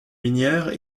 minière